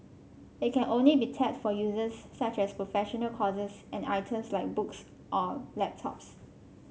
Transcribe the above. it can only be tapped for uses such as professional courses and items like books or laptops